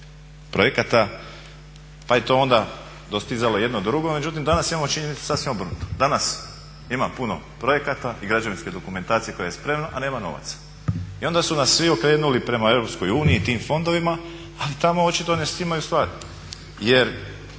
projekata, pa je to onda dostizalo jedno drugo. Međutim, danas imamo činjenicu sasvim obrnutu. Danas ima puno projekata i građevinske dokumentacije koja je spremna, a nema novaca. I onda su nas svi okrenuli prema Europskoj uniji i tim fondovima, ali tamo očito ne štimaju stvari. Jer